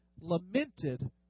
lamented